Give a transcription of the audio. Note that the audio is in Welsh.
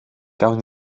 gawn